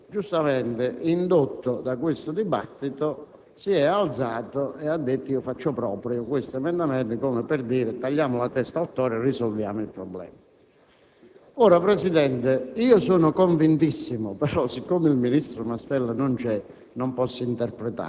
è stato detto che quell'emendamento era stato ritirato e lei stesso ha riconosciuto che tale affermazione era stata impropria e le devo dare atto di questa sua grandissima disponibilità: in effetti, l'emendamento era stato riformulato.